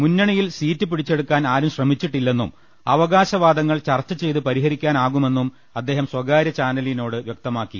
മുന്നണിയിൽ സീറ്റ് പിടിച്ചെടുക്കാൻ ആരും ശ്രമിച്ചിട്ടില്ലെന്നും അവകാശവാദങ്ങൾ ചർച്ച ചെയ്ത് പരിഹരിക്കാ നാവുമെന്നും അദ്ദേഹം സ്വകാരൃ ചാനലിനോട് വ്യക്തമാക്കി